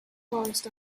forest